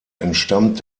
entstammt